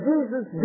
Jesus